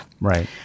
Right